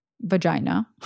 vagina